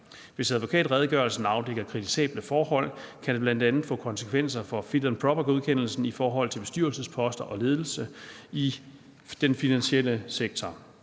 Hvis advokatredegørelsen afdækker kritisable forhold, kan det bl.a. få konsekvenser for fit and proper-godkendelsen i forhold til bestyrelsesposter og ledelse i den finansielle sektor.